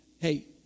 Hey